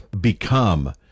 become